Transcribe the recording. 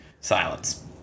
Silence